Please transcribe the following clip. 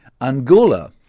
Angola